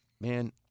man